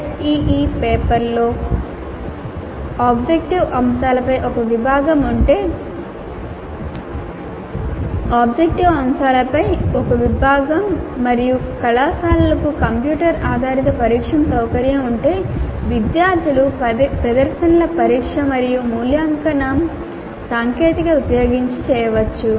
SEE పేపర్లో objective అంశాలపై ఒక విభాగం ఉంటే మరియు కళాశాలలకు కంప్యూటర్ ఆధారిత పరీక్షా సౌకర్యం ఉంటే విద్యార్థుల ప్రదర్శనల పరీక్ష మరియు మూల్యాంకనం సాంకేతికత ఉపయోగించి చేయవచ్చు